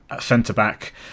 centre-back